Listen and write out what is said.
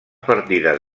partides